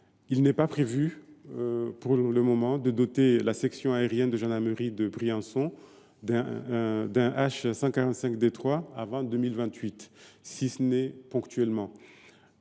Il n’est donc pas prévu, pour le moment, de doter la section aérienne de gendarmerie de Briançon d’un H145 D3 avant 2028, si ce n’est ponctuellement.